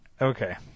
okay